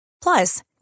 Plus